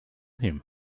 him